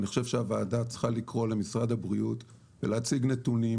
אני חושב שהוועדה צריכה לקרוא למשרד הבריאות ולהציג נתונים